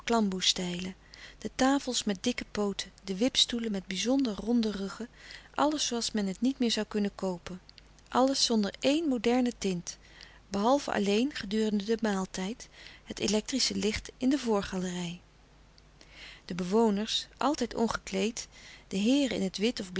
klamboe stijlen de tafels met dikke pooten de wipstoelen met bizonder ronde ruggen alles zooals men het niet meer zoû kunnen koopen alles zonder éen moderne tint behalve alleen gedurende den maal tijd het electrische licht in de voorgalerij de bewoners altijd ongekleed de heeren in het wit of